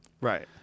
right